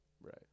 Right